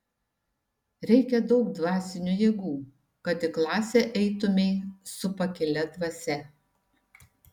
reikia daug dvasinių jėgų kad į klasę eitumei su pakilia dvasia